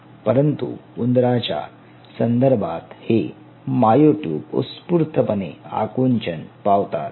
परंतु उंदरांच्या संदर्भात हे माअयो ट्युब उत्स्फूर्तपणे आकुंचन पावतात